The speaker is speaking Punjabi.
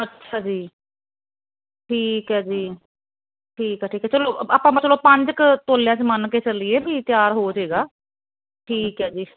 ਅੱਛਿਆ ਜੀ ਠੀਕ ਐ ਜੀ ਠੀਕ ਐ ਠੀਕ ਐ ਚਲੋ ਆਪਾਂ ਮਤਲਬ ਪੰਜ ਕ ਤੋਲਿਆ ਚ ਮੰਨ ਕੇ ਚੱਲੀਏ ਵੀ ਤਿਆਰ ਹੋਜੇਗਾ ਠੀਕ ਐ ਜੀ